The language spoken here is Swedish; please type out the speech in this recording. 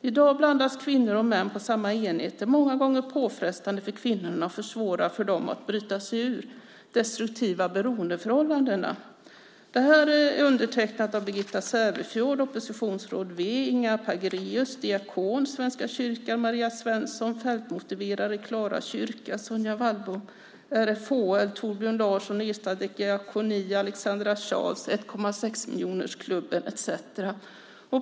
I dag blandas kvinnor och män på samma enhet. Det är många gånger påfrestande för kvinnorna och försvårar för dem att bryta sig ur destruktiva beroendeförhållanden." Detta är undertecknat av Birgitta Sevefjord, oppositionsråd , Inga Pagréus, diakon i Svenska kyrkan, Maria Svensson, fältmotiverare i Klara kyrka, Sonja Wallbom, RFHL, Torbjörn Larsson, Ersta diakoni, Alexandra Charles, 1,6-miljonersklubben etcetera.